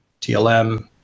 TLM